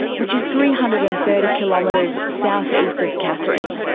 which is three hundred and thirty kilometres south-east of katherine.